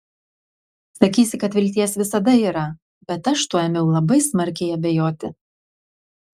sakysi kad vilties visada yra bet aš tuo ėmiau labai smarkiai abejoti